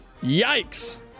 Yikes